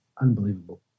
unbelievable